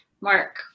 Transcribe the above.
Mark